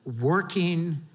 working